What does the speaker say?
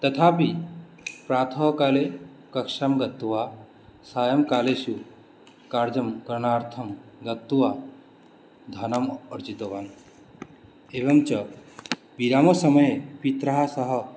तथापि प्रातःकाले कक्षां गत्वा सायङ्कालेषु कार्यं करणार्थं गत्वा धनम् अर्जितवान् एवञ्च विरामसमये पित्रा सह